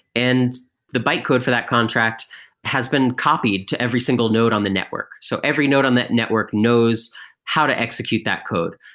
and the byte code for that contract has been copied to every single node on the network. so every node on that network knows how to execute that code.